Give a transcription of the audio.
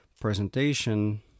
presentation